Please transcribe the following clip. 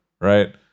right